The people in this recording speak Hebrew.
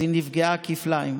אז היא נפגעה כפליים.